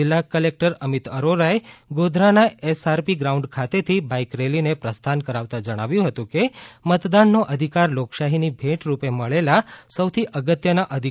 જિલ્લા કલેક્ટર અમિત અરોરાએ ગોધરાના એસઆરપી ગ્રાઉન્ડ ખાતેથી બાઈક રેલીને પ્રસ્થાન કરાવતા જણાવ્યું હતું કે મતદાનનો અધિકાર લોકશાહીની ભેટરૂપે મળેલા સૌથી અગત્યના અધિકારો પૈકીનો એક છે